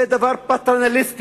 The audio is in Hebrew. זה דבר פטרנליסטי,